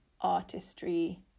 artistry